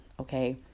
Okay